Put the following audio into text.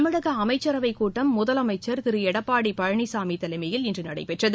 தமிழக அமைச்சரவைக்கூட்டம் முதலமைச்சர் திரு எடப்பாடி பழனிசாமி தலைமையில் இன்று நடைபெற்றது